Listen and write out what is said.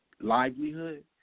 livelihood